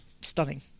stunning